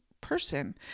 person